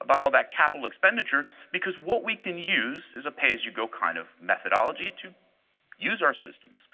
about all that capital expenditure because what we can use is a pay-as-you-go kind of methodology to use our systems.